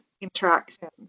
interactions